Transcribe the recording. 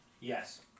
Yes